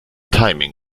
timing